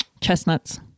Chestnuts